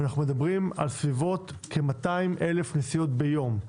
אנו מדברים על כ-200,000 נסיעות ביום.